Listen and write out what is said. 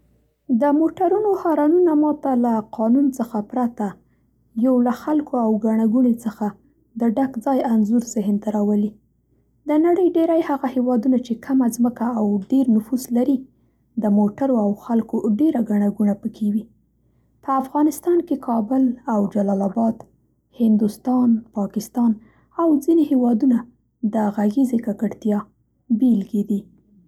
د موټرونو هارنونه ماته له قانون څخه پرته یو له خلکو او ګڼه ګوڼې څخه د ډک ځای انځور ذهن ته راولي. د نړۍ ډېری هغه هېوادونه چې کمه ځمکه او ډېر نفوس لري د موټرو او خلکو ډېره ګڼه ګوڼه په کې وي. په افغانستان کې کابل او جلال آباد، هندوستان، پاکستان او ځینې هېوادونه د غږېزې ککړتیا بېلګې دي.